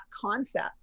concept